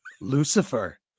Lucifer